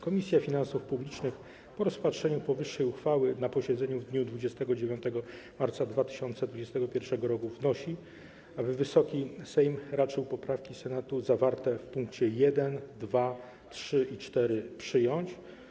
Komisja Finansów Publicznych po rozpatrzeniu powyższej uchwały na posiedzeniu w dniu 29 marca 2021 r. wnosi, aby Wysoki Sejm raczył poprawki Senatu zawarte w pkt 1, 2, 3 i 4 przyjąć.